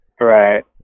Right